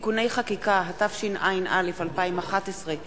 (תיקוני חקיקה), התשע”א 2011,